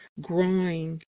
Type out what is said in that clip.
growing